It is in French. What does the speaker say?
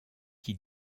qui